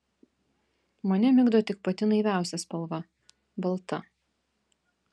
mane migdo tik pati naiviausia spalva balta